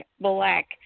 black